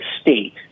state